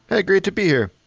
hey, great to be here.